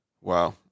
wow